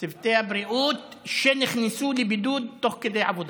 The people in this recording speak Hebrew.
צוותי הבריאות, שנכנסו לבידוד תוך כדי עבודה.